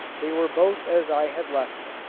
they were both as i had left them.